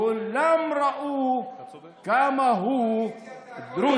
כולם ראו עד כמה שהוא דרוזי".